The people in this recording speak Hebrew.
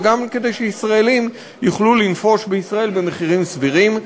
וגם כדי שישראלים יוכלו לנפוש בישראל במחירים סבירים.